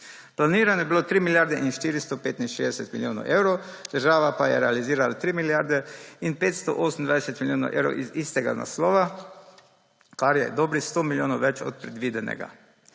Planirane so bile 3 milijarde in 465 milijonov evrov, država pa je realizirala 3 milijarde in 528 milijonov evrov iz istega naslova, kar je dobrih 100 milijonov več od predvidenega.